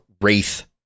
Wraith